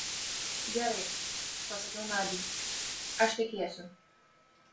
gerai pasakiau nadiai aš tekėsiu